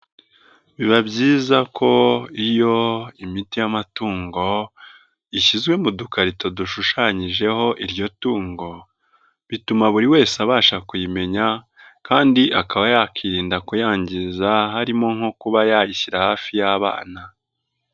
Biba byiza ko iyo imiti y'amatungo ishyizwe mu dukarito dushushanyijeho iryo tungo bituma buri wese abasha kuyimenya kandi akaba yakirinda kuyangiza harimo nko kuba yayishyira hafi y'abana.